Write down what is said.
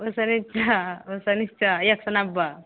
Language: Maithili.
ओहिसँ नीचाँ ओहिसँ नीचाँ एक सए नब्बे